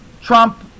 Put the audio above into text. Trump